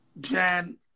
Jan